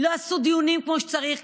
לא עשו דיונים כמו שצריך,